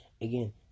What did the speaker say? again